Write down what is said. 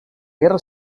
guerra